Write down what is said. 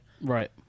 Right